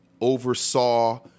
oversaw